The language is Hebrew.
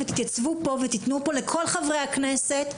תתייצבו פה ותיתנו פה לכל חברי הכנסת,